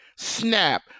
Snap